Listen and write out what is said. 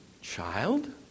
child